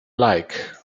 like